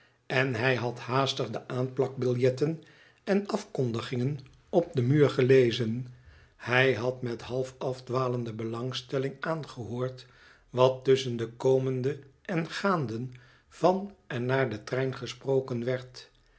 en hij had haastig de aanplakbiljetten en afkondigingen op den muur gelezen hij had met half afdwalende belangstelling aangehoord wat ertusschen de komenden en gaanden van en naar den trein gesproken werd